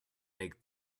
make